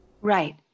Right